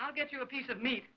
i'll get you a piece of me